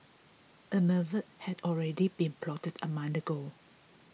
a murder had already been plotted a month ago